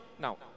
Now